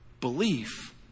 Belief